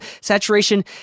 Saturation